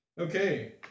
Okay